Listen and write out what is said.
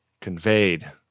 conveyed